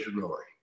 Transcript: glory